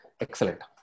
Excellent